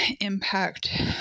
impact